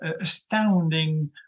astounding